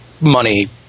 money